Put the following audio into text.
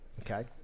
okay